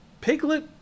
Piglet